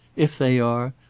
if they are,